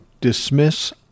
dismiss